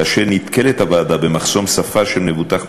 כאשר נתקלת הוועדה במחסום שפה של מבוטח מסוים,